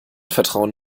vertrauen